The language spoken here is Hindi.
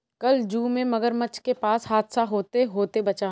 कल जू में मगरमच्छ के पास हादसा होते होते बचा